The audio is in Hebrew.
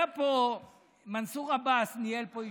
היה פה מנסור עבאס, ניהל פה ישיבה.